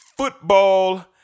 Football